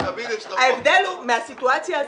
ההבדל הוא מהסיטואציה הזו,